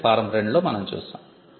వీటిని ఫారం 2 లో మనం చూసాం